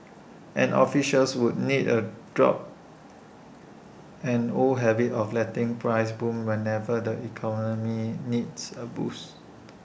and officials would need A drop an old habit of letting prices boom whenever the economy needs A boost